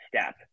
step